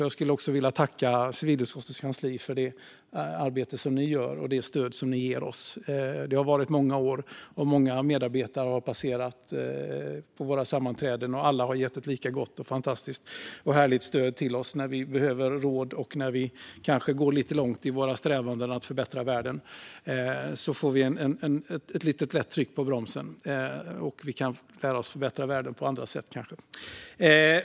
Jag skulle vilja tacka civilutskottets kansli för det arbete som ni gör och det stöd som ni ger oss. Det har varit många år, och många medarbetare har passerat på våra sammanträden. Alla har gett ett lika gott och fantastiskt och härligt stöd till oss när vi behöver råd, och när vi kanske går lite långt i våra strävanden att förbättra världen får vi ett litet lätt tryck på bromsen. Vi kan kanske lära oss att förbättra världen på andra sätt.